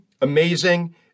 amazing